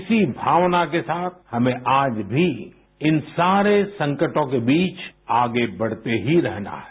इसी भावना के साथ हमें आज भी इन सारे संकटों के बीच आगे बढ़ते ही रहना है